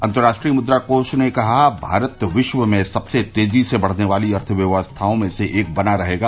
अंतर्राष्ट्रीय मुद्राकोष ने कहा भारत विश्व में सबसे तेजी से बढ़ने वाली अर्थव्यवस्थाओं में से एक बना रहेगा